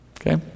Okay